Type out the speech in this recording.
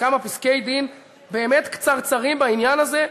מכמה פסקי-דין באמת קצרצרים בעניין הזה.